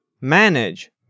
manage